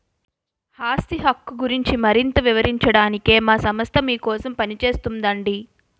ఆస్తి హక్కు గురించి మరింత వివరించడానికే మా సంస్థ మీకోసం పనిచేస్తోందండి